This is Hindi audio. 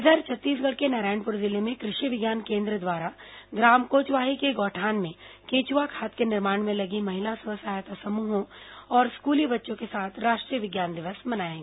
इधर छत्तीसगढ़ के नारायणपुर जिले में कृ षि विज्ञान केंद्र द्वारा ग्राम कोचवाही के गौठान में केंचुआ खाद के निर्माण में लगी महिला स्व सहायता समूहों और स्कूली बच्चों के साथ राष्ट्रीय विज्ञान दिवस मनाया गया